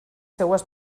seues